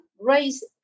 raise